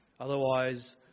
Otherwise